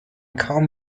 kaum